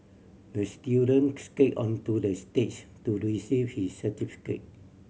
the student skated onto the stage to receive his certificate